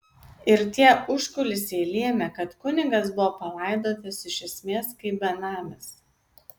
ir tie užkulisiai lėmė kad kunigas buvo palaidotas iš esmės kaip benamis